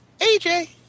AJ